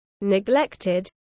neglected